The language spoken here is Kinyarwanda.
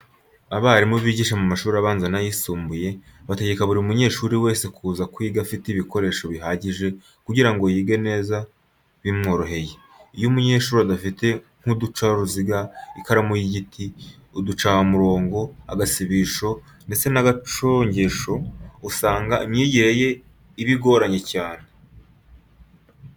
Abarimu bigisha mu mashuri abanza n'ayisumbuye bategeka buri munyeshuri wese kuza kwiga afite ibikoresho bihagije kugira ngo yige neza bimworoheye. Iyo umunyeshuri adafite nk'uducaruziga, ikaramu y'igiti, uducamurongo, agasibisho ndetse n'agacongesho, usanga imyigire ye iba igoranye cyane.